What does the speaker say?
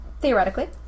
theoretically